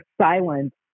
silence